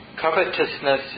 Covetousness